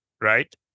right